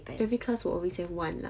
every class will always have one lah